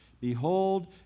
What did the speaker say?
Behold